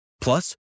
Plus